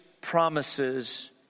promises